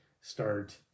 start